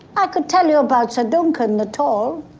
i could tell you about ser duncan the tall.